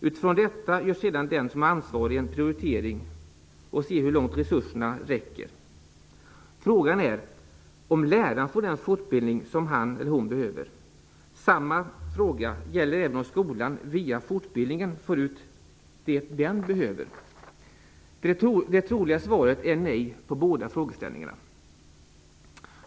Utifrån detta gör sedan den som är ansvarig en prioritering och ser hur långt resurserna räcker. Frågan är om läraren får den fortbildning som han eller hon behöver. Samma gäller även om skolan via fortbildningen får ut det den behöver. Det troliga svaret är nej på båda frågeställningarna.